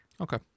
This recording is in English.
Okay